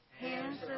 hands